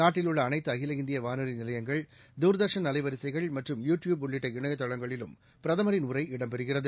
நாட்டில் உள்ள அனைத்து அகில இந்திய வானொலி நிலையங்கள் தூர்தர்ஷன் அலைவரிசைகள் மற்றும் யூ டியூப் உள்ளிட்ட இணையதளங்களிலும் பிரதமரின் உரை இடம் பெறுகிறது